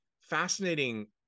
fascinating